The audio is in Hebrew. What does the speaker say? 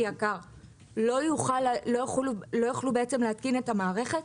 יקר לא יוכלו להתקין אצלו את המערכת?